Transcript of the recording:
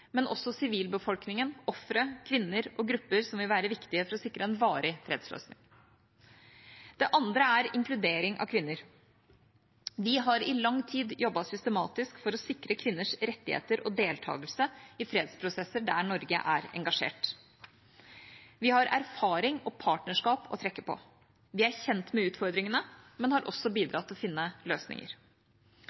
men også sivilbefolkningen, ofre, kvinner og grupper som vil være viktige for å sikre en varig fredsløsning. Det andre er inkludering av kvinner. Vi har i lang tid jobbet systematisk for å sikre kvinners rettigheter og deltakelse i fredsprosesser der Norge er engasjert. Vi har erfaring og partnerskap å trekke på. Vi er kjent med utfordringene, men har også bidratt til å finne løsninger.